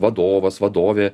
vadovas vadovė